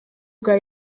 bwa